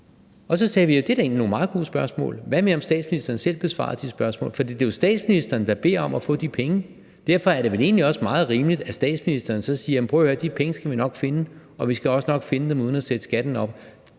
op? Så sagde vi: Det er da egentlig nogle meget gode spørgsmål, så hvad med, om statsministeren selv besvarede de spørgsmål. For det er jo statsministeren, der beder om at få de penge. Derfor er det vel egentlig også meget rimeligt, at statsministeren så siger: Jamen prøv at høre, de penge skal vi nok finde, og vi skal også nok finde dem uden at sætte skatten op.